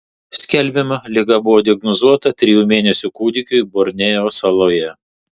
skelbiama kad liga buvo diagnozuota trijų mėnesių kūdikiui borneo saloje